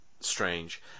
strange